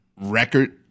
record